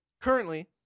currently